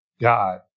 God